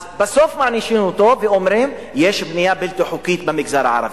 אז בסוף מענישים אותו ואומרים שיש בנייה בלתי חוקית במגזר הערבי.